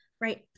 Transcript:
right